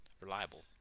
Reliable